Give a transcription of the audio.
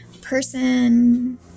person